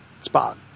spot